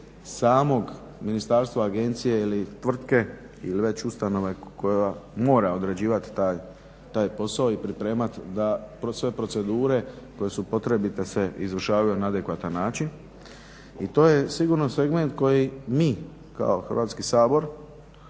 samog ministarstva, agencije ili tvrtke ili već ustanove koja mora odrađivati taj posao i pripremat da sve procedure koje su potrebite se izvršavaju na adekvatan način. I to je sigurno segment koji mi kao Hrvatski sabor